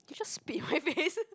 did you just spit on my face